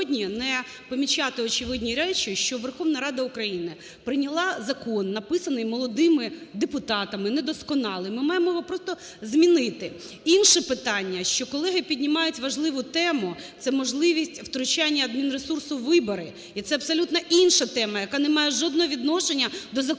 Верховна Рада України прийняла закон, написаний молодими депутатами, недосконалий? Ми маємо його просто змінити. Інше питання, що колеги піднімають важливу тему – це можливість втручання адмінресурсу у вибори. І це абсолютно інша тема, яка не має жодного відношення до Закону